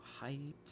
hyped